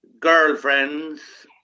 girlfriends